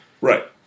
Right